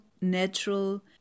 natural